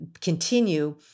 continue